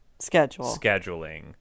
scheduling